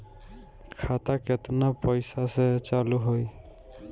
खाता केतना पैसा से चालु होई?